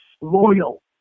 loyal